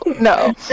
No